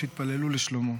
שהתפללו לשלומו.